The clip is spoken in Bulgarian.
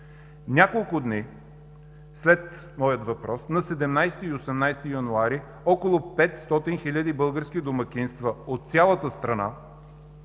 Няколко дни след моя въпрос – на 17 и 18 януари, около 500 хил. български домакинства от цялата страна